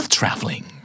traveling